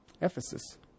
Ephesus